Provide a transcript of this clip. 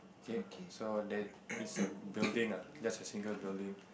okay so then this a building lah just a single building